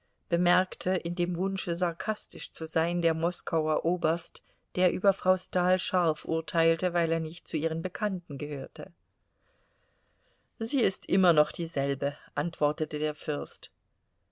bemerkte in dem wunsche sarkastisch zu sein der moskauer oberst der über frau stahl scharf urteilte weil er nicht zu ihren bekannten gehörte sie ist immer noch dieselbe antwortete der fürst